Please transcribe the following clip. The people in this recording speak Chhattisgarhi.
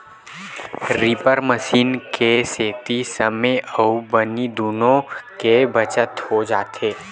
रीपर मसीन के सेती समे अउ बनी दुनो के बचत हो जाथे